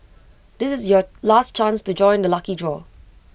this is your last chance to join the lucky draw